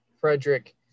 Frederick